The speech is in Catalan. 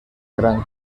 gran